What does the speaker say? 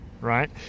right